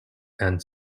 and